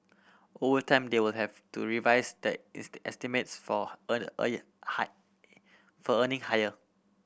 over time they will have to revise their estimates for earn earning high for earning higher